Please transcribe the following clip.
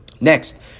Next